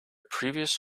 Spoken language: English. previous